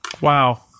Wow